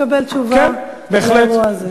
לקבל תשובה על האירוע הזה.